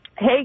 Hey